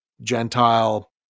Gentile